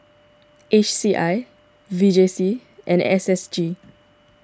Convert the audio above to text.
H C I V J C and S S G